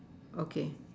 okay